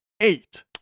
eight